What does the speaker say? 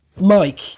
Mike